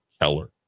Keller